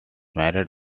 married